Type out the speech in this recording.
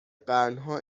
قرنها